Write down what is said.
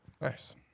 Nice